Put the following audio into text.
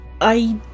I-